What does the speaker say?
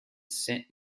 scent